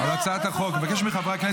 למה אתה לא פונה לשר